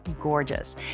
gorgeous